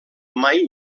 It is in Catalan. mai